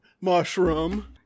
mushroom